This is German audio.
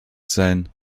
sein